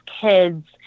kids